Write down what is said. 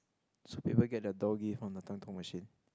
so people get the doggy from the machine